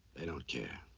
they don't care.